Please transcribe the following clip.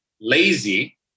lazy